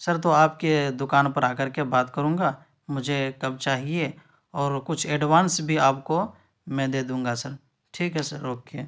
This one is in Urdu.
سر تو آپ کے دوکان پر آ کر کے بات کروں گا مجھے کب چاہیے اور کچھ ایڈوانس بھی آپ کو میں دے دوں گا سر ٹھیک ہے سر اوکے